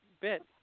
bit